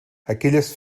aquelles